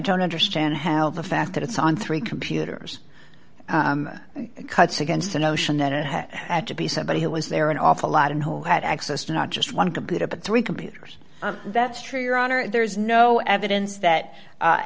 don't understand how the fact that it's on three computers cuts against the notion that it had to be somebody who was there an awful lot and who had access to not just one computer but three computers that's true your honor there is no evidence that